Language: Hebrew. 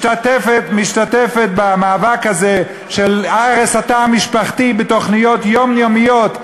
משתתפת במאבק הזה של הרס התא המשפחתי בתוכניות יומיומיות,